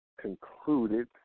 concluded